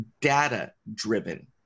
data-driven